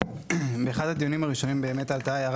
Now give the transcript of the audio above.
באחד הדיונים הראשונים באמת עלתה הערת